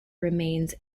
remains